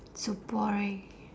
it's so boring